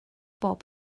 bob